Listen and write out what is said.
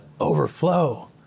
overflow